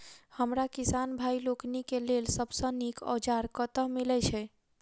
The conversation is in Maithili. हमरा किसान भाई लोकनि केँ लेल सबसँ नीक औजार कतह मिलै छै?